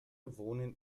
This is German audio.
wohnen